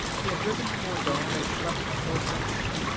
he had risen before dawn and slept before sunset.